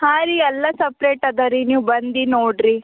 ಹಾಂ ರೀ ಎಲ್ಲ ಸಪ್ರೇಟ್ ಅದರಿ ನೀವು ಬಂದು ನೋಡ್ರಿ